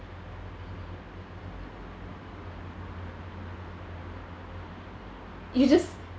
you just